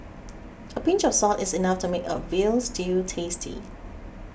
a pinch of salt is enough to make a Veal Stew tasty